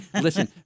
Listen